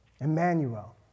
Emmanuel